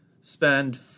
spend